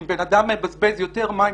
אם בן אדם מבזבז יותר מים,